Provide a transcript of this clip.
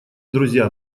друзья